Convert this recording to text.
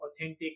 authentic